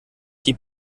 die